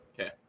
Okay